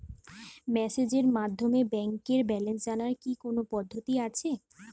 মেসেজের মাধ্যমে ব্যাংকের ব্যালেন্স জানার কি কোন পদ্ধতি আছে?